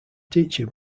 teacher